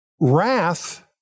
wrath